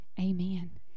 Amen